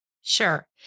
Sure